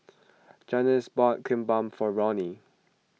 Janis bought Kimbap for Roni